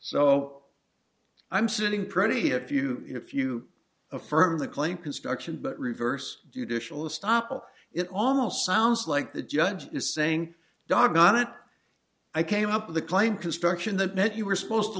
so i'm sitting pretty if you if you affirm the claim construction but reverse judicial stoppel it almost sounds like the judge is saying doggone it i came up with a claim construction that met you were supposed to